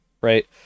right